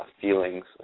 feelings